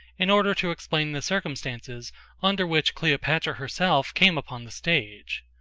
in order to explain the circumstances under which cleopatra herself came upon the stage.